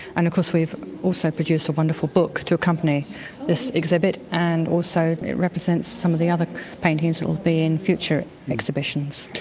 and of course we've also produced a wonderful book to accompany this exhibit and also it represents some of the other paintings that will be in future exhibitions.